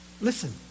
Listen